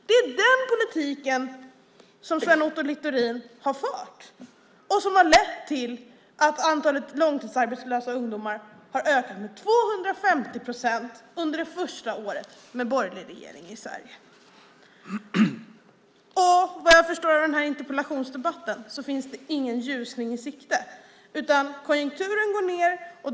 Det är denna politik Sven Otto Littorin har fört. Den har lett till att antalet långtidsarbetslösa ungdomar ökade med 250 procent under det första året med borgerlig regering i Sverige. Vad jag förstår av denna debatt finns det ingen ljusning i sikte. Konjunkturen går ned.